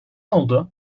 oldu